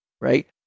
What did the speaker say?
Right